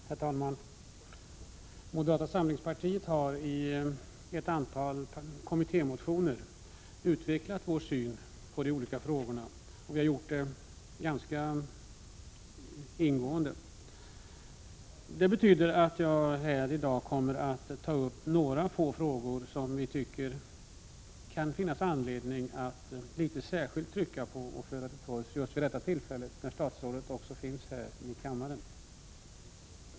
Herr talman! Moderata samlingspartiet har i ett antal kommittémotioner ganska ingående utvecklat sin syn på de olika frågorna inom jordbrukspolitiken. Det betyder att jag här i dag kommer att ta upp några få frågor som det kan finnas anledning att särskilt trycka på just vid detta tillfälle när jordbruksministern befinner sig här i kammaren.